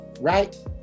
right